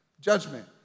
judgment